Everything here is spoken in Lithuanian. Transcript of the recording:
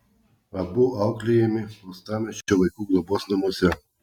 abu auklėjami uostamiesčio vaikų globos namuose